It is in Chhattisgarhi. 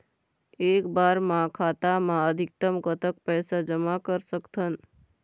एक बार मा खाता मा अधिकतम कतक पैसा जमा कर सकथन?